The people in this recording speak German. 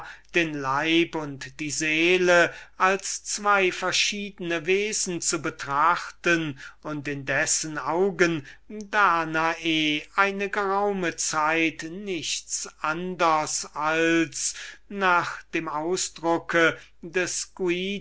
den leib und die seele als zwei verschiedene wesen zu betrachten und in dessen augen danae eine geraume zeit nichts anders als nach dem ausdruck des